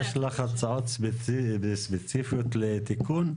יש לך הצעות ספציפיות לתיקון?